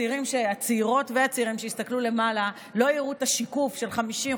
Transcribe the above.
הצעירות והצעירים שיסתכלו למעלה לא יראו את השיקוף של 50%,